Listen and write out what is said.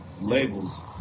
labels